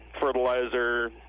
fertilizer